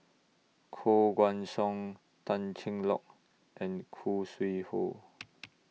Koh Guan Song Tan Cheng Lock and Khoo Sui Hoe